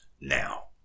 now